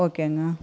ஓகேங்க